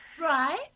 Right